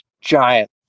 giant